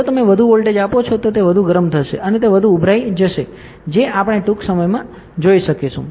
જો તમે વધુ વોલ્ટેજ આપો છો તો તે વધુ ગરમ થશે અને તે વધુ ઉભરાઈ જશે જે આપણે ટૂંક સમયમાં જોઈ શકીશું